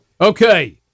Okay